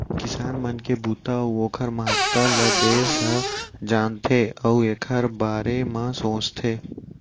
किसान मन के बूता अउ ओकर महत्ता ल देस ह जानथे अउ एकर बारे म सोचथे